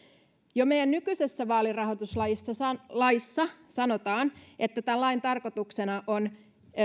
jo meidän nykyisessä vaalirahoituslaissamme sanotaan että tämän lain tarkoituksena on